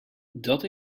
dat